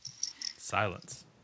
Silence